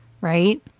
right